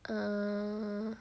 err